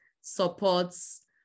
supports